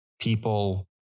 people